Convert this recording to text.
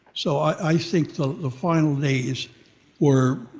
so i think the the final days were,